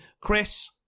Chris